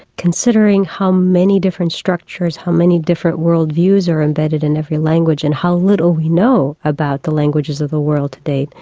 considering how many different structures, how many different world views are embedded in every language and how little we know about the languages of the world today,